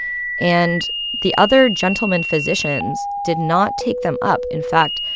and the other gentleman physicians did not take them up. in fact,